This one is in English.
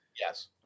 Yes